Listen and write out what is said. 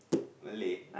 Malay